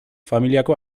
familiako